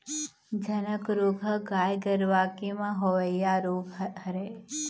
झनक रोग ह गाय गरुवा के म होवइया रोग हरय